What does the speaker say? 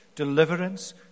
deliverance